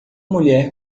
mulher